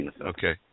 Okay